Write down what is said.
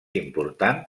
important